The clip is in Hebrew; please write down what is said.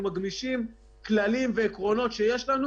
אנחנו מגמישים כללים ועקרונות שיש לנו